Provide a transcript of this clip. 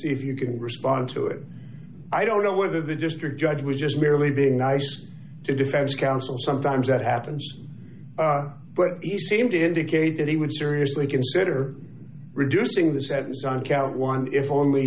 if you can respond to it i don't know whether the district judge was just merely being nice to defense counsel sometimes that happens but he seemed to indicate that he would seriously consider reducing the said this on count one if only